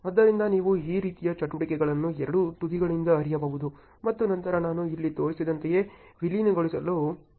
ಆದ್ದರಿಂದ ನೀವು ಈ ರೀತಿಯ ಚಟುವಟಿಕೆಗಳನ್ನು ಎರಡೂ ತುದಿಗಳಿಂದ ಹರಿಯಬಹುದು ಮತ್ತು ನಂತರ ನಾನು ಇಲ್ಲಿ ತೋರಿಸಿದಂತೆಯೇ ವಿಲೀನಗೊಳ್ಳಲು ಪ್ರಾರಂಭಿಸುತ್ತದೆ